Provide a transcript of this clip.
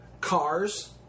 Cars